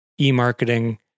e-marketing